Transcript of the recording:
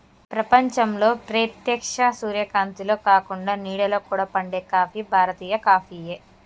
ప్రపంచంలో ప్రేత్యక్ష సూర్యకాంతిలో కాకుండ నీడలో కూడా పండే కాఫీ భారతీయ కాఫీయే